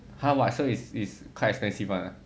!huh! what so is is quite expensive one ah